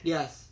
Yes